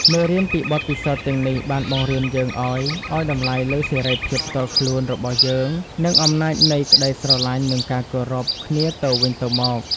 មេរៀនពីបទពិសោធន៍ទាំងនេះបានបង្រៀនយើងឱ្យឱ្យតម្លៃលើសេរីភាពផ្ទាល់ខ្លួនរបស់យើងនិងអំណាចនៃក្តីស្រឡាញ់និងការគោរពគ្នាទៅវិញទៅមក។